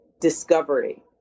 discovery